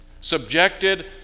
subjected